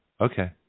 Okay